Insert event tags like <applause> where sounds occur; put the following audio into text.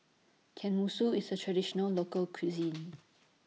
Tenmusu IS A Traditional Local Cuisine <noise>